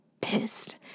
Pissed